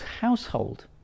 household